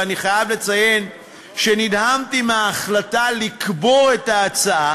ואני חייב לציין שנדהמתי מההחלטה לקבור את ההצעה